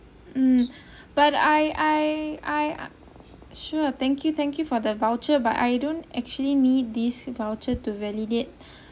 mm but I I I sure thank you thank you for the voucher but I don't actually need this voucher to validate